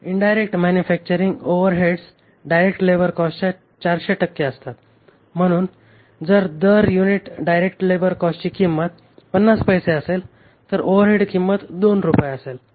indirect manufacturing overheads direct labour कॉस्टच्या 400 टक्के असतात म्हणून जर दर युनिट डायरेक्ट लेबर कॉस्टची किंमत 50 पैसे असेल तर ओव्हरहेड किंमत 2 रुपये असेल